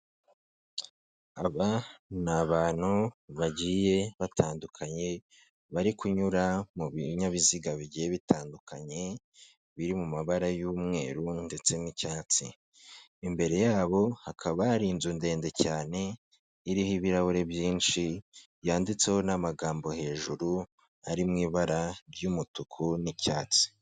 Aba ni abantu bagiye batandukanye, bari kunyura mu binyabiziga bigiye bitandukanye, biri mu mabara y'umweru ndetse n'icyatsi. Imbere yabo hakaba hari inzu ndende cyane iriho ibirahure byinshi, yanditseho n'amagambo hejuru ari mu ibara ry'umutuku n'icyatsi.